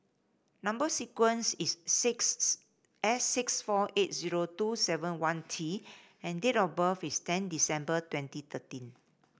number sequence is sixth S six four eight zero two seven one T and date of birth is ten December twenty thirteen